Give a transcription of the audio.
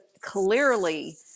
clearly